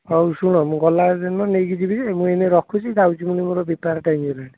ହଉ ଶୁଣ ମୁଁ ଗଲାଦିନ ନେଇକି ଯିବି ଯେ ମୁଁ ଏଇନେ ରଖୁଛି ଯାଉଛି ମୁଁ ମୋର ବେପାର ଟାଇମ୍ ହେଲାଣି